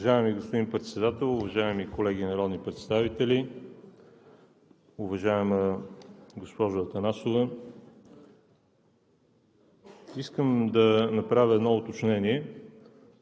Уважаеми господин Председател, уважаеми колеги народни представители! Уважаема госпожо Атанасова, искам да направя едно уточнение.